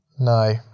no